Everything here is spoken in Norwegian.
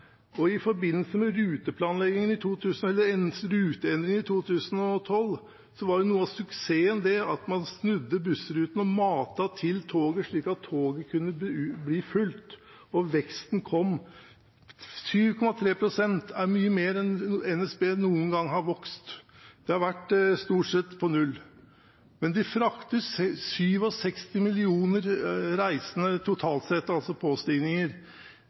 bidra? I forbindelse med ruteendringene i 2012 var jo noe av suksessen at man snudde bussrutene og matet til toget, slik at toget kunne bli fullt. Og veksten kom. 7,3 pst. er mye mer enn NSB noen gang har vokst; det har stort sett vært på null. Men de frakter 67 millioner reisende totalt sett, altså